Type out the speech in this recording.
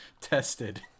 Tested